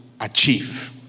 achieve